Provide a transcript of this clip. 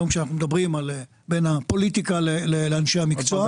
היום כשאנחנו מדברים בין הפוליטיקה לאנשי המקצוע.